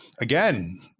again